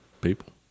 People